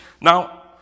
Now